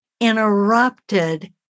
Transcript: interrupted